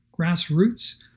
grassroots